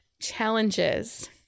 challenges